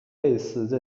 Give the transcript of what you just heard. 类似